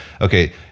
okay